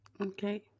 Okay